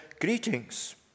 Greetings